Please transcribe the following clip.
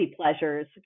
pleasures